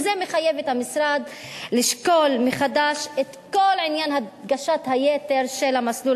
וזה מחייב את המשרד לשקול מחדש את כל עניין הדגשת היתר של המסלול